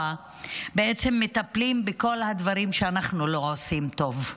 בעצם מטפלים בכל הדברים שאנחנו לא עושים טוב.